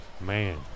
Man